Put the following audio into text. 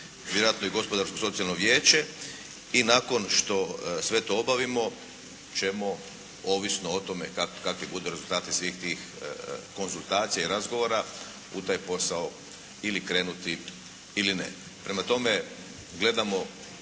i Gospodarsko socijalno vijeće i nakon što to sve obavimo ćemo ovisno o tome kakvi budu rezultati svih tih konzultacija i razgovora u taj posao ili krenuti ili ne. Prema tome, gledamo